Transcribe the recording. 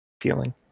feeling